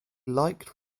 liked